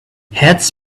heads